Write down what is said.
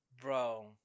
Bro